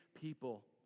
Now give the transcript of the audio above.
people